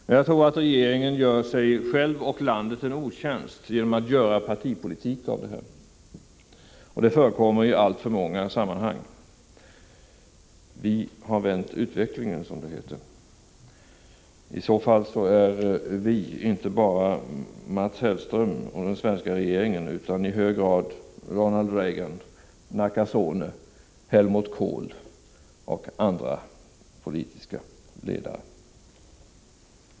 Men jag tror att regeringen gör sig själv och landet en otjänst genom att göra partipolitik av detta. Det förekommer i alltför många sammanhang. ”Vi har vänt utvecklingen”, som det heter. I så fall är ”vi” inte bara Mats Hellström och den svenska regeringen utan i hög grad Ronald Reagan, Nakasone, Helmut Kohl och andra politiska ledare och länder.